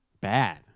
bad